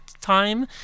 time